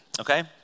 okay